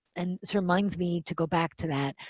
and it reminds me to go back to that,